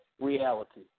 reality